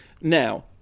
Now